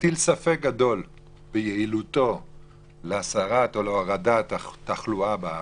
מטיל ספק גדול ביעילותו להורדת התחלואה בארץ.